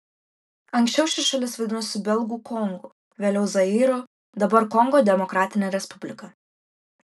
anksčiau ši šalis vadinosi belgų kongu vėliau zairu dabar kongo demokratinė respublika